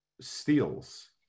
steals